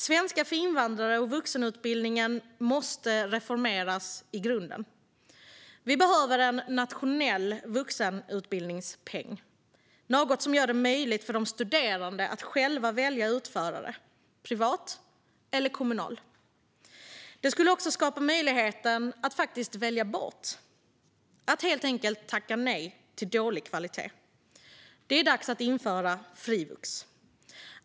Svenska för invandrare och vuxenutbildningen måste reformeras i grunden. Vi behöver en nationell vuxenutbildningspeng, något som gör det möjligt för de studerande att själva välja utförare. Den kan vara privat eller kommunal. Detta skulle också skapa möjligheten att faktiskt välja bort och helt enkelt tacka nej till dålig kvalitet. Det är dags att införa frivux.